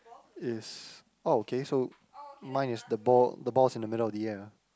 is oh okay so mine is the ball the ball is in the middle of the air